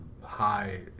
high